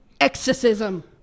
exorcism